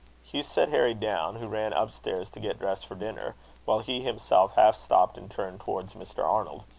hugh set harry down, who ran upstairs to get dressed for dinner while he himself half-stopped, and turned towards mr. arnold.